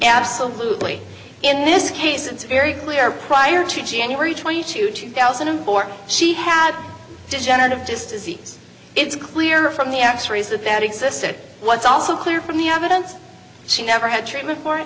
absolutely in this case it's very clear prior to january twentieth to two thousand and four she had degenerative disc disease it's clear from the x rays that that existed what's also clear from the evidence she never had treatment for it